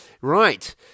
Right